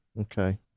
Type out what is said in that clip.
Okay